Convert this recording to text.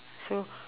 so